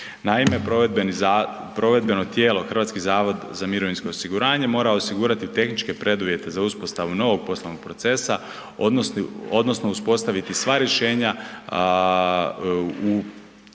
Naime, provedbeno tijelo HZMO mora osigurati tehničke preduvjete za uspostavu novog poslovnog procesa odnosno uspostaviti sva rješenja u